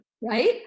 Right